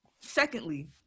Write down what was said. Secondly